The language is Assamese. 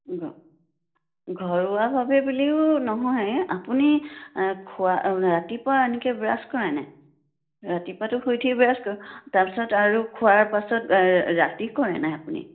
ঘ ঘৰুৱাভাৱে বুলিও নহয় আপুনি খোৱা ৰাতিপুৱা এনেকৈ ব্ৰাছ কৰে নাই ৰাতিপুৱাতো শুই উঠি ব্ৰাছ ক তাৰপাছত আৰু খোৱাৰ পাছত ৰাতি কৰে নাই আপুনি